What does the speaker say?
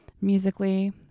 musically